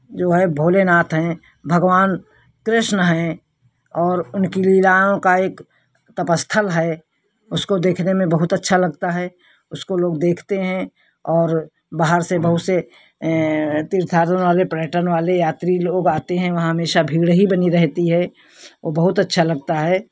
जो है भोलेनाथ हैं भगवान कृष्ण हैं और उनकी लीलाओं का एक तपस्थल है उसको देखने में बहुत अच्छा लगता है उसको लोग देखते हैं और बाहर से बहुत से तीर्थाटन वाले पर्यटन वाले यात्री लोग आते हैं वहाँ हमेशा भीड़ ही बनी रहती है वो बहुत अच्छा लगता है